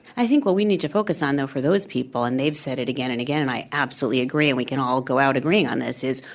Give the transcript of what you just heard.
i think what we need to focus on, though, for those people and they've said it again and again, and i absolutely agree, and we can all go out agreeing on this, is,